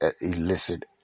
illicit